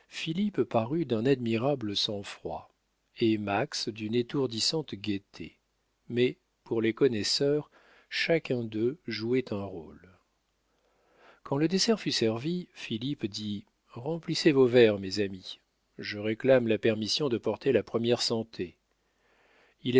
philippe parut d'un admirable sang-froid et max d'une étourdissante gaieté mais pour les connaisseurs chacun d'eux jouait un rôle quand le dessert fut servi philippe dit remplissez vos verres mes amis je réclame la permission de porter la première santé